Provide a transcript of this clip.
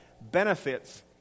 benefits